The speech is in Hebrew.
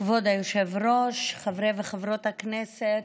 כבוד היושב-ראש, חברי וחברות הכנסת,